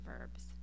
verbs